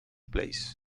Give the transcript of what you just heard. place